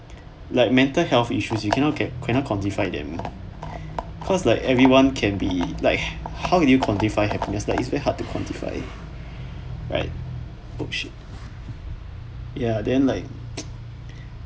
like mental health issues you cannot get cannot quantify them cause like everyone can be like how do you quantify happiness like it's very hard to quantify right oh shit ya then like